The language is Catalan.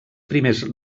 primers